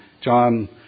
John